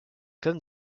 comme